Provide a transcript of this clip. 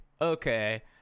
okay